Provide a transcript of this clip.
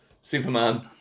Superman